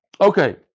Okay